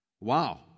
Wow